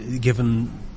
given